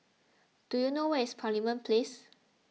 do you know where is Parliament Place